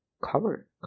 cover